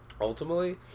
ultimately